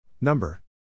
Number